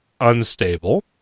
unstable